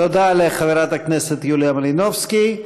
תודה לחברת הכנסת יוליה מלינובסקי.